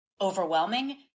overwhelming